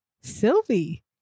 Sylvie